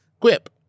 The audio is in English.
Quip